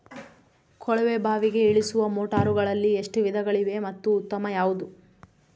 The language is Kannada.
ಕೊಳವೆ ಬಾವಿಗೆ ಇಳಿಸುವ ಮೋಟಾರುಗಳಲ್ಲಿ ಎಷ್ಟು ವಿಧಗಳಿವೆ ಮತ್ತು ಉತ್ತಮ ಯಾವುದು?